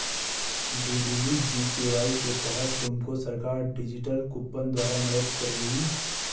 DDU GKY के तहत तुमको सरकार डिजिटल कूपन द्वारा मदद करेगी